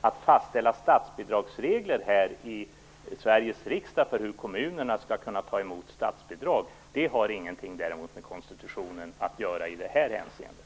Att fastställa statsbidragsregler här i Sveriges riksdag för hur kommunerna skall kunna ta emot statsbidrag har däremot ingenting med konstitutionen att göra i det här hänseendet.